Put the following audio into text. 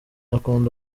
akunda